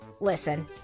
listen